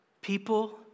people